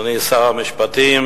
אדוני שר המשפטים,